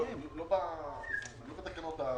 לא בתקנות המקוריות,